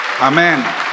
Amen